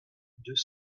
deux